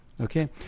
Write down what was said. okay